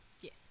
Yes